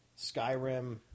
Skyrim